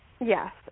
Yes